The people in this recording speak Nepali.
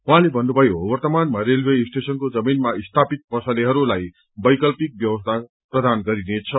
उहाँले भन्नुभयो वर्त्तमानमा रेलवे स्टेशनको जमीनमा स्थापित पसलेहरूलाई वैकल्पिक ब्यवस्था प्रदान गरिनेछ